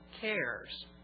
cares